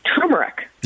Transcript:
Turmeric